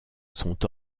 sont